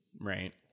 Right